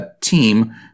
team